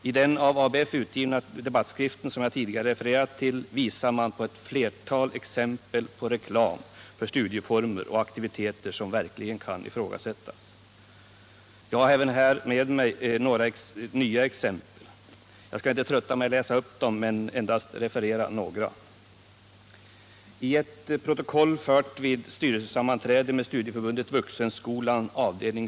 I den av ABF utgivna debattskriften, som jag tidigare refererat till, visar man på ett flertal exempel på reklam för studieformer och aktiviteter som verkligen kan ifrågasättas. Jag har även här med mig några nya exempel. Jag skall inte trötta med att läsa upp dem, utan endast referera några. I ett protokoll fört vid styrelsesammanträde med studieförbundet Vuxenskolan, avd.